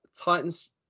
Titans